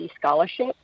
scholarship